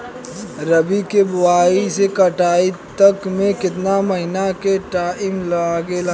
रबी के बोआइ से कटाई तक मे केतना महिना के टाइम लागेला?